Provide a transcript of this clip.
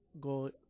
go